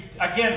Again